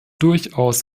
durchaus